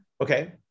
Okay